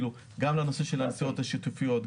גם לנושא של הנסיעות השיתופיות,